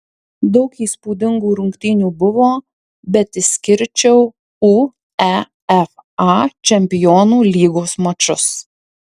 daug įspūdingų rungtynių buvo bet išskirčiau uefa čempionų lygos mačus